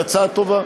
היא הצעה טובה.